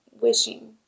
wishing